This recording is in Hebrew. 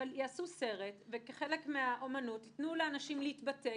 וכחלק מהאומנות ייתנו לאנשים להתבטא,